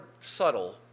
subtle